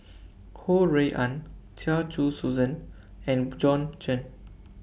Ho Rui An Chia Choo Suan and Bjorn Shen